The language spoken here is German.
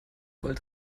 gold